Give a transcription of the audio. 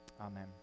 Amen